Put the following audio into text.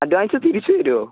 advance തിരിച്ച് തരുമോ